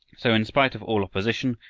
so, in spite of all opposition,